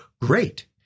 great